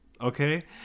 Okay